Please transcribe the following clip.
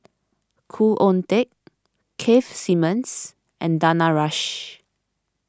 Khoo Oon Teik Keith Simmons and Danaraj